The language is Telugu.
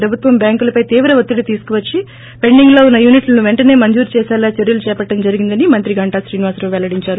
ప్రభుత్వం బ్యాంకులపై తీవ్ర వత్తిడి తీసుకువచ్చి పెండింగ్ లో ఉన్న యూనిట్లను పెంటనే మంజురుచేసేలా చర్కలు చేపట్టడం జరిగిందని మంత్రి గంట శ్రీనివాస రావు పెల్లడించారు